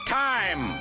time